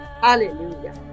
Hallelujah